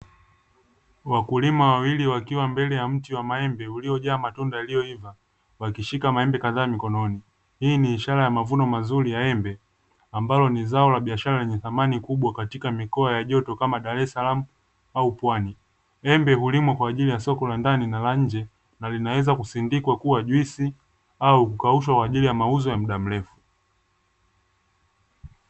Wakulima wawili wakiwa mbele ya mti wa maembe uliojaa matunda yaliyoiva wakishika maembe kadhaa mikononi. Hii ni ishara ya mavuno mazuri ya embe ambalo ni zao la biashara lenye thamani kubwa katika mikoa ya joto kama Dar es salaam au Pwani. Embe hulimwa kwa ajili ya soko la ndani na la nje na linaweza kusindikwa kuwa juisi au kukaushwa kwa ajili ya mauzo ya muda mrefu.